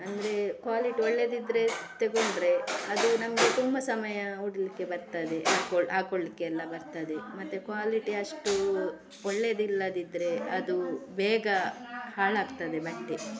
ಅಂದರೆ ಕ್ವಾಲಿಟಿ ಒಳ್ಳೆದಿದ್ದರೆ ತಗೊಂಡ್ರೆ ಅದು ನಮಗೆ ತುಂಬ ಸಮಯ ಉಡಲಿಕ್ಕೆ ಬರ್ತದೆ ಹಾಕೊ ಹಾಕೊಳ್ಳಿಕ್ಕೆಲ್ಲಾ ಬರ್ತದೆ ಮತ್ತೆ ಕ್ವಾಲಿಟಿ ಅಷ್ಟು ಒಳ್ಳೆದಿಲ್ಲದಿದ್ದರೆ ಅದು ಬೇಗ ಹಾಳಾಗ್ತದೆ ಬಟ್ಟೆ